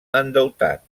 endeutat